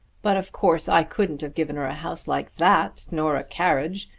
but of course i couldn't have given her a house like that, nor a carriage,